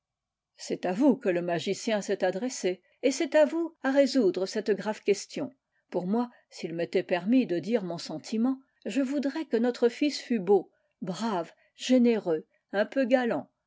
c'est à vous que le magicien s'est adressé et c'est à vous à résoudre cette grave question pour moi s'il m'était permis de dire mon sentiment je voudrais que notre fils fût beau brave généreux un peu galant